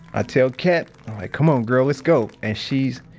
ah tell cat, like come on, girl. let's go. and she's,